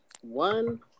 One